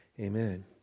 Amen